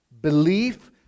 Belief